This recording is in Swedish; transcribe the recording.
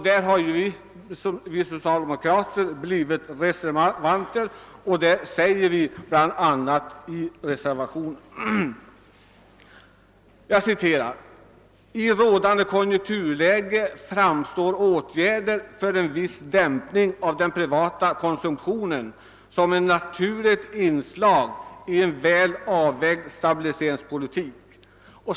Där har vi socialdemokrater blivit reservanter, och vi säger i reservationen bl.a.: »I rådande konjunkturläge framstår åtgärder för en viss dämpning av den privata konsumtionen som ett naturligt inslag i en väl avvägd stabiliseringspolitik.